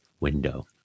window